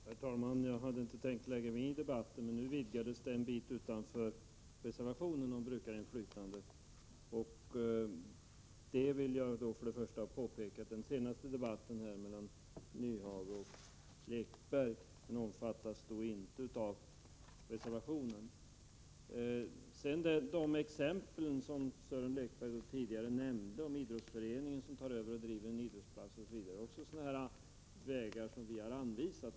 Herr talman! Jag hade inte tänkt lägga mig i debatten, men nu vidgades den en bit utanför reservationen om brukarinflytandet. Jag vill då påpeka att de senaste replikerna mellan Lekberg och Nyhage inte omfattas av reservationen. De exempel som Sören Lekberg tog upp — en idrottsförening som tar över och driver en idrottsplats — är också vägar som vi har anvisat.